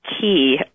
key